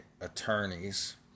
attorneys